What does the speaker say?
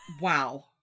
Wow